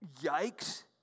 yikes